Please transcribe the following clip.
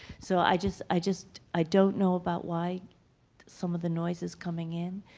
so i just i just i don't know about why some of the noise is coming in,